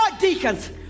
deacons